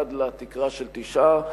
עד לתקרה של תשעה,